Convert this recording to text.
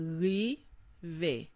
rive